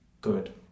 good